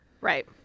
Right